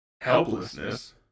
helplessness